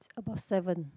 it's about seven